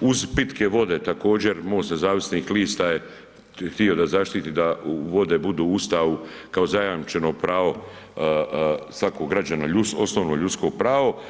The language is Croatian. uz pitke vode također MOST nezavisnih lista je htio da zaštiti da vode budu u Ustavu kao zajamčeno pravo svakog građanina, osnovno ljudsko pravo.